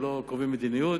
הם לא קובעים מדיניות,